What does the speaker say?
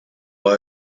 eyes